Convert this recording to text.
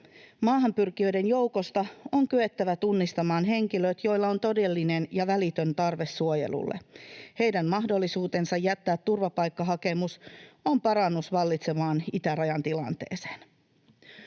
Maahanpyrkijöiden joukosta on kyettävä tunnistamaan henkilöt, joilla on todellinen ja välitön tarve suojelulle. Heidän mahdollisuutensa jättää turvapaikkahakemus on parannus vallitsevaan itärajan tilanteeseen.